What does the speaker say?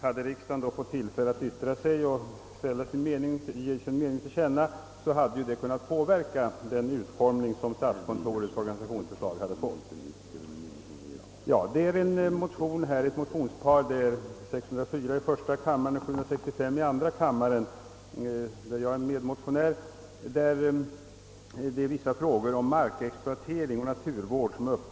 Om riksdagen hade fått tillfälle att ge sin mening till känna i tid, hade detta kunnat påverka utformningen av statskontorets organisationsförslag. Jag tillhör dem som väckt de likalydande motionerna 1I:604 och II: 765, vari vissa frågor om markexploatering och naturvård tas upp.